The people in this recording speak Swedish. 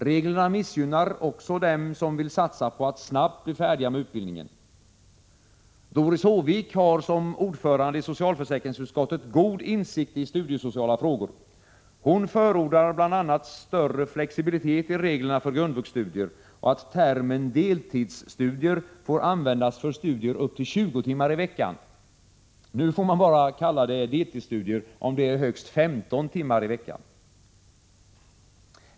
Reglerna missgynnar också dem som vill satsa på att snabbt bli färdiga med utbildningen. Doris Håvik har som ordförande i socialförsäkringsutskottet god insikt i studiesociala frågor. Hon förordar bl.a. större flexibilitet i reglerna för grundvuxstudier och att termen deltidsstudier får användas för studier upp till 20 timmar i veckan. Nu får man bara kalla det deltidsstudier om det är högst 15 timmar i veckan.